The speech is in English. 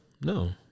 No